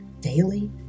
daily